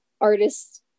artists